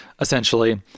essentially